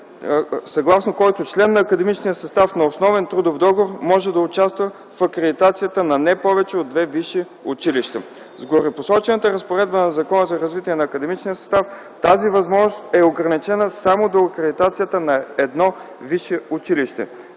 съгласно който член на академичния състав на основен трудов договор може да участва в акредитацията на не повече от две висши училища. С горепосочената разпоредба на Закона за развитие на академичния състав в Република България тази възможност е ограничена само до акредитацията на едно висше училище.